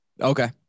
Okay